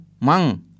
mang